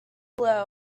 down